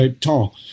tall